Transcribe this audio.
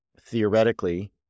theoretically